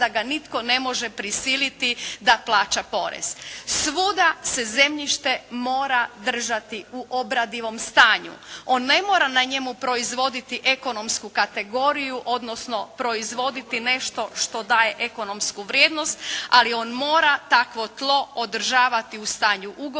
da ga nitko ne može prisiliti da plaća porez. Svuda se zemljište mora držati u obradivom stanju. On ne mora na njemu proizvoditi ekonomsku kategoriju, odnosno proizvoditi nešto što daje ekonomsku vrijednost, ali on mora takvo tlo održavati u stanju ugorenja,